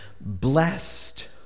Blessed